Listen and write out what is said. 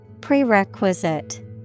Prerequisite